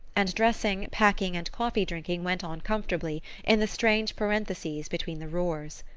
and dressing, packing and coffee-drinking went on comfortably in the strange parentheses between the roars.